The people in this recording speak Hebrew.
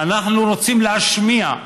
אנחנו רוצים להשמיע,